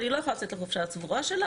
אבל היא לא יכולה לצאת לחופשה הצבורה שלה